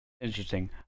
Interesting